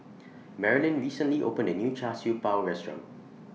Marolyn recently opened A New Char Siew Bao Restaurant